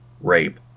rape